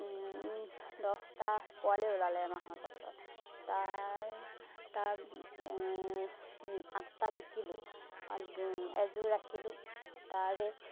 দছটা পোৱালি ওলালে এমাহৰ পাছত তাৰ তাৰ আঠটা বিকিলোঁ এযোৰ ৰাখিলোঁ তাৰে